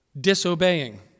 disobeying